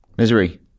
Misery